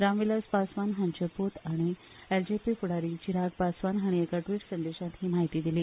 रामविलास पासवान हांचे पूत आनी एलजेपीचे फुडारी चिराग पासवान हांणी एका ट्रिट संदेशांत ही म्हायती दिली